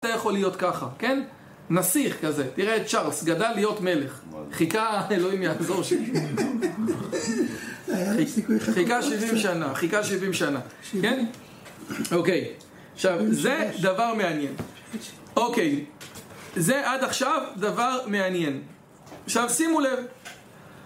אתה יכול להיות ככה, נסיך כזה, תראה את שרס, גדל להיות מלך, חיכה, אלוהים יעזור שלי, חיכה שבעים שנה, חיכה שבעים שנה, כן? אוקיי, עכשיו זה דבר מעניין, אוקיי, זה עד עכשיו דבר מעניין עכשיו שימו לב